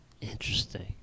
Interesting